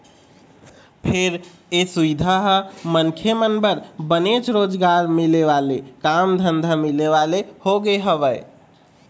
फेर ये सुबिधा ह मनखे मन बर बनेच रोजगार मिले वाले काम धंधा मिले वाले होगे हवय